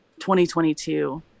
2022